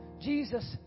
Jesus